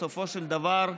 בסופו של דבר,